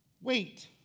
wait